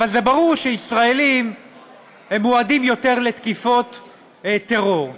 אבל זה ברור שישראלים מועדים יותר לתקיפות טרור.